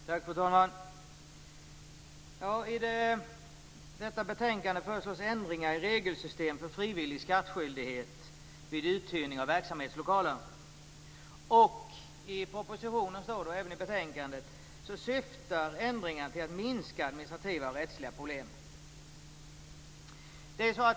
Fru talman! I detta betänkande föreslås ändringar i regelsystemet för frivillig skattskyldighet vid uthyrning av verksamhetslokaler. I propositionen och även i betänkandet står det att ändringarna syftar till att minska administrativa och rättsliga problem.